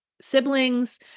siblings